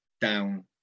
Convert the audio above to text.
down